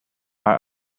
are